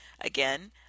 again